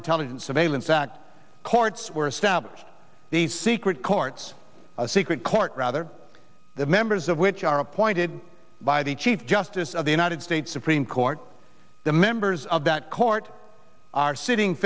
intelligence surveillance act courts were established these secret courts a secret court rather the members of which are appointed by the chief justice of the united states supreme court the members of that court are sitting